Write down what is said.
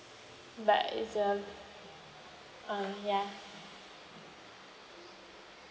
but it's a uh ya